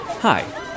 Hi